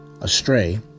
astray